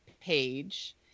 page